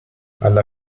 alla